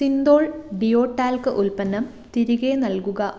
Cinthol deo talc ഉൽപ്പന്നം തിരികെ നൽകുക